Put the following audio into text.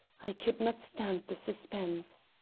i could not stand the suspense.